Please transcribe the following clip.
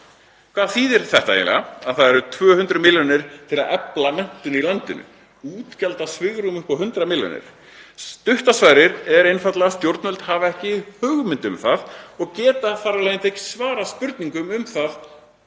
Hvað þýðir þetta eiginlega, að það eru 200 milljónir til að efla menntun í landinu og útgjaldasvigrúm upp á 100 milljónir? Stutta svarið er einfaldlega að stjórnvöld hafa ekki hugmynd um það og geta þar af leiðandi ekki svarað spurningum um það